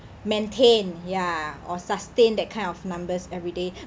maintain ya or sustain that kind of numbers every day